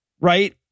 right